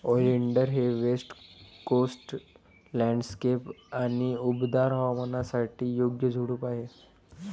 oleander हे west coast landscape आणि उबदार हवामानासाठी योग्य झुडूप आहे